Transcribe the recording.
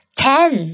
ten